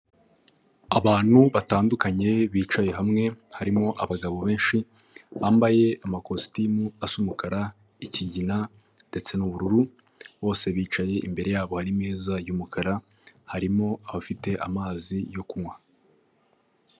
Abantu batandukanye bicaye hamwe harimo abagabo benshi bambaye amakositimu asa umukara, ikigina ndetse n'ubururu bose bicaye imbere yabo ari imeza y'umukara harimo abafite amazi yo kunywa.